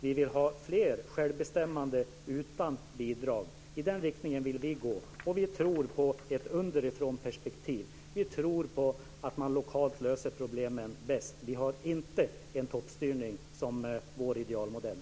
Vi vill ha fler självbestämmande utan bidrag. I den riktningen vill vi gå. Och vi tror på ett underifrånperspektiv. Vi tror att man bäst löser problemen lokalt. Vi har inte en toppstyrning som vår idealmodell.